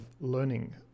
learning